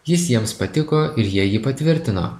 jis jiems patiko ir jie jį patvirtino